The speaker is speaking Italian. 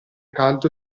caldo